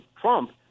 Trump